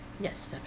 Yes